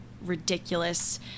ridiculous